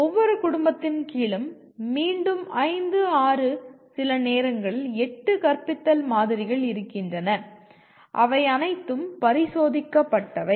ஒவ்வொரு குடும்பத்தின் கீழும் மீண்டும் 5 6 சில நேரங்களில் 8 கற்பித்தல் மாதிரிகள் இருக்கின்றன அவை அனைத்தும் பரிசோதிக்கப்பட்டவை